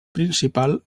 principal